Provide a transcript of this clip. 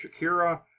Shakira